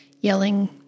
yelling